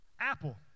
Apple